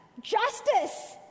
Justice